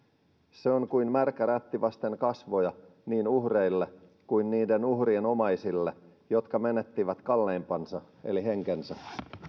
se on kuin märkä rätti vasten kasvoja niin uhreille kuin niiden uhrien jotka menettivät kalleimpansa eli henkensä omaisille